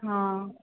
हा